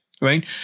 right